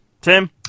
Tim